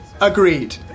Agreed